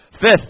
Fifth